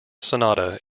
sonata